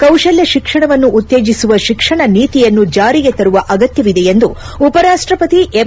ಕೌಶಲ್ಯ ಶಿಕ್ಷಣವನ್ನು ಉತ್ತೇಜಿಸುವ ಶಿಕ್ಷಣ ನೀತಿಯನ್ನು ಜಾರಿಗೆ ತರುವ ಅಗತ್ತವಿದೆ ಎಂದು ಉಪ ರಾಷ್ಟಪತಿ ಎಂ